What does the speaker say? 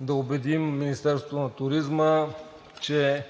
да убедим Министерството на туризма, че